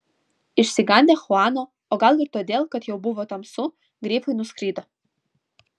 išsigandę chuano o gal ir todėl kad jau buvo tamsu grifai nuskrido